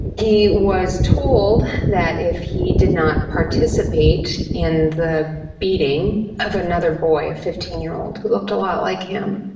he was told that if he did not participate in the beating of another boy, a fifteen year old who looked a lot like him,